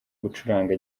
gucuranga